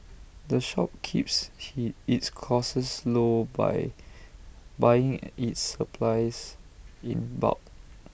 the shop keeps he its costs low by buying its supplies in bulk